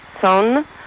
son